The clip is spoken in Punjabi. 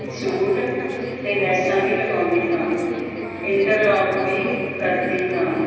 ਸੂਟ 'ਤੇ ਲੈਸਾਂ ਵੀ ਲਗਾਉਂਦੀ ਹਾਂ ਇੰਟਰਲੋਕ ਵੀ ਕਰਦੀ ਹਾਂ